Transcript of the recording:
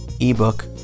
ebook